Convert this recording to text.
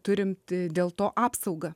turim dėl to apsaugą